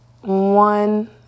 one